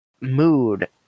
mood